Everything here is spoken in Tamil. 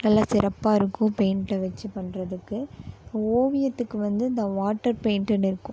நல்லா சிறப்பாக இருக்கும் பெயிண்ட்டை வெச்சு பண்றதுக்கு ஓவியத்துக்கு வந்து இந்த வாட்டர் பெயிண்ட்டுனு இருக்கும்